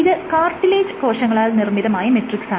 ഇത് കാർട്ടിലേജ് കോശങ്ങളാൽ നിർമ്മിതമായ മെട്രിക്സാണ്